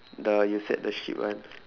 the you said the sheep one